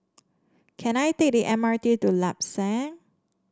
can I take the M R T to Lam San